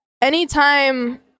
Anytime